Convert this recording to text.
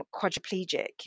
quadriplegic